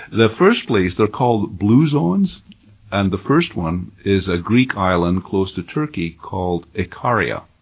the first place, they're called blue zones and the first one is a greek island close to turkey, called icaria,